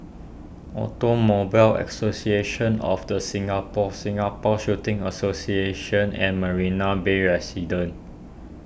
Automobile Association of the Singapore Singapore Shooting Association and Marina Bay Residences